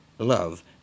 Love